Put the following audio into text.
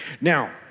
Now